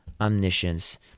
omniscience